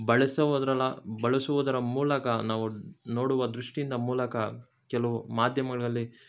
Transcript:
ಬಳಸೋವದ್ರಲ ಬಳಸುವುದರ ಮೂಲಕ ನಾವು ನೋಡುವ ದೃಷ್ಟಿಯಿಂದ ಮೂಲಕ ಕೆಲವು ಮಾಧ್ಯಮಗಳಲ್ಲಿ